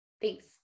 Thanks